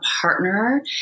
partner